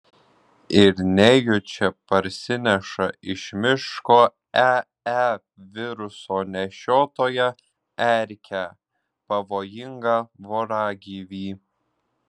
ir nejučia parsineša iš miško ee viruso nešiotoją erkę pavojingą voragyvį